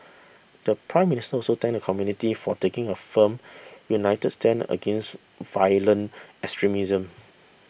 the Prime Minister also thanked the community for taking a firm united stand against violent extremism